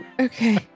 Okay